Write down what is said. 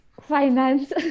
finance